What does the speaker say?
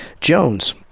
Jones